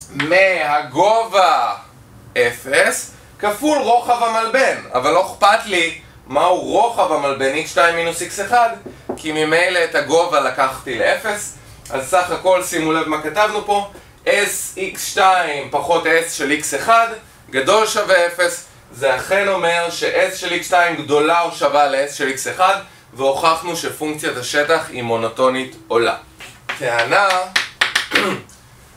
מהגובה 0 כפול רוחב המלבן, אבל לא אכפת לי מהו רוחב המלבן x2 מינוס x1 כי ממילא את הגובה לקחתי לאפס, אז סך הכל, שימו לב מה כתבנו פה: s x2 פחות s של x1 גדול שווה 0 זה אכן אומר שs של x2 גדולה או שווה לs של x1 והוכחנו שפונקציית השטח היא מונוטונית עולה. טענה...